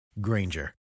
Granger